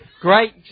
Great